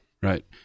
Right